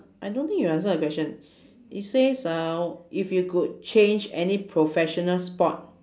I don't think you answer the question it says uh if you could change any professional sport